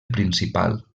principal